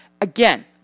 again